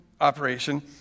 operation